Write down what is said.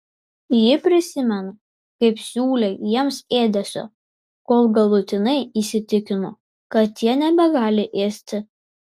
ji prisimena kaip siūlė jiems ėdesio kol galutinai įsitikino kad jie nebegali ėsti